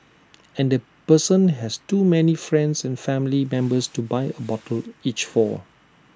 and the person has too many friends and family members to buy A bottle each for